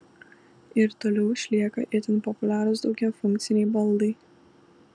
ir toliau išlieka itin populiarūs daugiafunkciai baldai